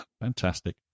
fantastic